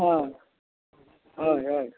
हय हय हय